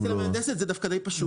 לא --- אצל המהנדסת זה דווקא די פשוט.